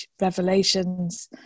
revelations